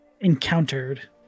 encountered